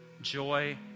joy